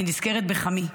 אני נזכרת בחמי,